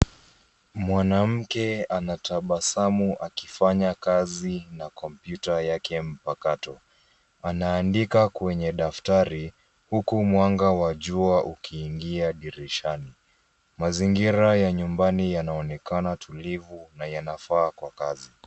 Mwanamke anatabasamu akifanya kazi na kompyuta yake mpakato. Anaandika kwenye daftari huku mwanga wa jua ukiingia dirishani. Mazingira ya nyumbani yanaonekana tulivu na yanafaa kwa kazi.